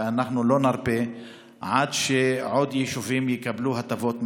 ואנחנו לא נרפה עד שעוד יישובים יקבלו הטבות מס.